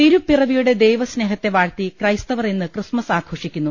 തിരുപ്പിറവിയുടെ ദൈവസ്നേഹത്തെ വാഴ്ത്തി ക്രൈസ്തവർ ഇന്ന് ക്രിസ്തുമസ് ആഘോഷിക്കുന്നു